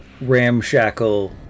ramshackle